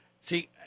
See